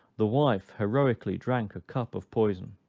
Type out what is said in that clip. the wife heroically drank a cup of poison.